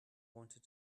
wanted